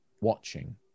watching